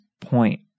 point